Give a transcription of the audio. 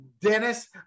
Dennis